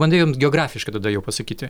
bandai jiems geografiškai tada jau pasakyti